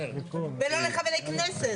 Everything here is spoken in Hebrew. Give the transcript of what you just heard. ולא חברי כנסת.